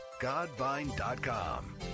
Godvine.com